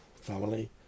family